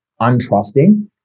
untrusting